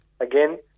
again